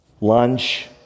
lunch